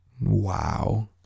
Wow